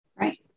Right